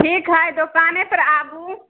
ठीक है दोकानेपर आबू